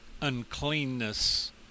uncleanness